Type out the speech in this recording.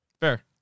Fair